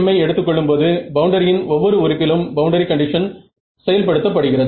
FEM ஐ எடுத்து கொள்ளும் போது பவுண்டரியின் ஒவ்வொரு உறுப்பிலும் பவுண்டரி கண்டிஷன் செயல்படுத்த படுகிறது